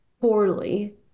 poorly